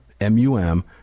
M-U-M